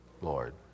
Lord